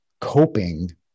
coping